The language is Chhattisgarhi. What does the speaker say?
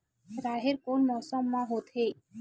राहेर कोन मौसम मा होथे?